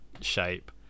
shape